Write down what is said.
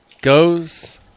goes